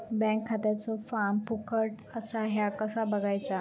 Bank खात्याचो form फुकट असा ह्या कसा बगायचा?